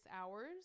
hours